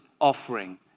offering